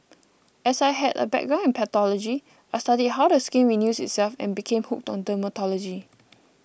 as I had a background in pathology I studied how the skin renews itself and became hooked on dermatology